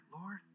Lord